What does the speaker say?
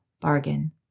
bargain